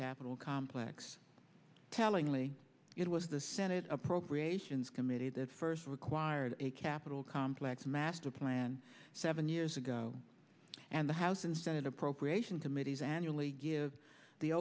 capitol complex tellingly it was the senate appropriations committee that first required a capitol complex master plan seven years ago and the house and senate appropriations committees annually give the